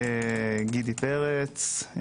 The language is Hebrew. גידי פרץ,